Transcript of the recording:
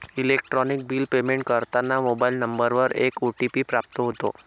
electronic bill payment करताना mobile नंबरवर एक ओ.टी.पी प्राप्त होतो